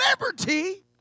liberty